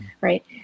right